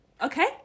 Okay